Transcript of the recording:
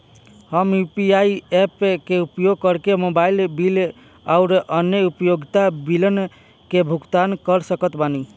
हम UPI apps के उपयोग करके मोबाइल बिल आउर अन्य उपयोगिता बिलन के भुगतान कर सकत बानी